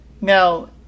Now